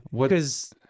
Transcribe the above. Because-